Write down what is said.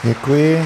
Děkuji.